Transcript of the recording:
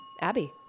Abby